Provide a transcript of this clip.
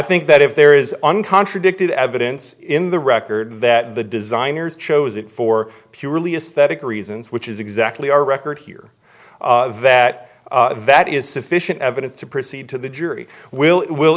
think that if there is an contradicted evidence in the record that the designers chose it for purely aesthetic reasons which is exactly our record here that that is sufficient evidence to proceed to the jury will will